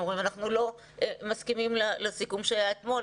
הם אומרים: אנחנו לא מסכימים לסיכום שהיה אתמול,